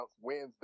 Wednesday